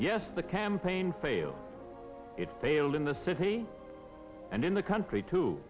yes the campaign failed it failed in the city and in the country too